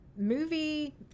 movie